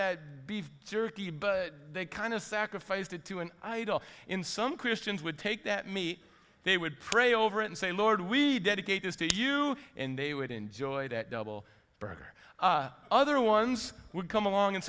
that beef jerky but they kind of sacrifice that to an idol in some christians would take that me they would pray over it and say lord we dedicate this to you and they would enjoy that double burger other ones would come along and